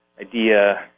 idea